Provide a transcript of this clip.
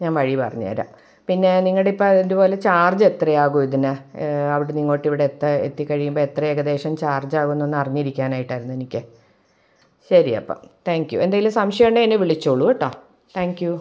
ഞാൻ വഴി പറഞ്ഞെരാ പിന്നെ നിങ്ങടിപ്പം അതുപോലെ ചാർജെത്രയാകും ഇതിന് അവിടുന്നിങ്ങോട്ടിവിടെ എത്താൻ എത്തി കഴിയുമ്പം എത്ര ഏകദേശം ചാർജാവുന്നൊന്ന് അറിഞ്ഞിരിക്കാനായിട്ടായിരുന്നെനിക്ക് ശരി അപ്പം താങ്ക് യൂ എന്തേലും സംശയമുണ്ടേൽ എന്നെ വിളിച്ചോളൂട്ടാ താങ്ക് യൂ